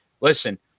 Listen